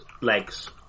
legs